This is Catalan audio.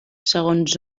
segons